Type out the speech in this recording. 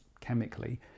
chemically